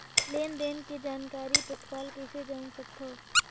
लेन देन के जानकारी तत्काल कइसे जान सकथव?